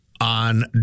on